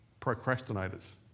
procrastinators